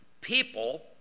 people